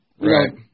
Right